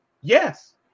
yes